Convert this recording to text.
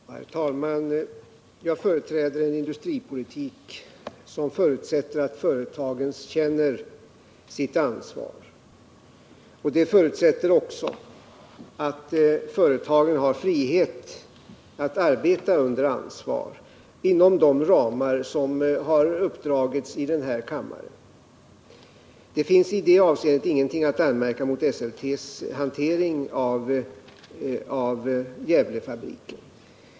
Herr talman! Jag företräder en industripolitik som förutsätter att företagen känner sitt ansvar, och det förutsätter också att företagen har frihet att arbeta under ansvar inom de ramar som har uppdragits i den här kammaren. Det finns i det avseendet ingenting att anmärka mot Esseltes hantering av Gävlefabriken.